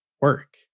work